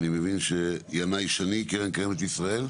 אני מבין שינאי שני, קרן קיימת לישראל?